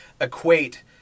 equate